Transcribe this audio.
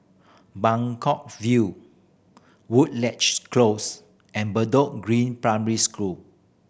Buangkok View Woodleigh Close and Bedok Green Primary School